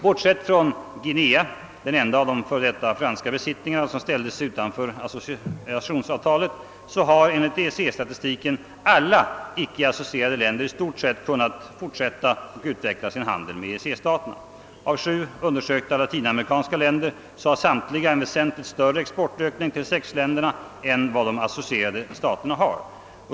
Bortsett från Guinea — den enda av de f. d. franska besittningarna som ställde sig utanför associationsavtalet — har enligt EEC-statistiken alla icke-associerade länder i stort sett kunnat fortsätta att utveckla sin handel med EEC-staterna. Av sju undersökta latinamerikanska länder har samtliga en väsentligt större exportökning till De sex än vad de associerade staterna har.